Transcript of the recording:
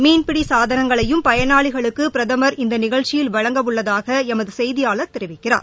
மீன்பிடி சாதனங்களையும் பயனாளிகளுக்கு பிரதமர் இந்த நிகழ்ச்சியில் வழங்கவுள்ளதாக எமது செய்தியாளர் தெரிவிக்கிறார்